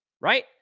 right